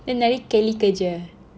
eh then nyari Kelly kerja eh